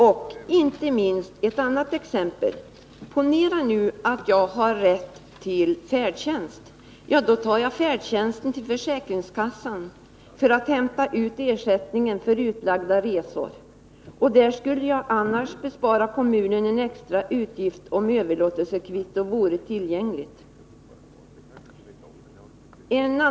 Och inte minst viktigt är ett annat exempel: ponera att jag har rätt till färdtjänst — då tar jag färdtjänsten till försäkringskassan för att hämta ut ersättningen för utlagda resekostnader. Där skulle jag bespara kommunen en extra utgift om överlåtelsekvitton kunde användas.